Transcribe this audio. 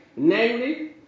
Namely